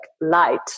light